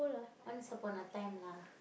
once upon a time lah